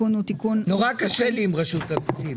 נורא קשה לי עם רשות המיסים.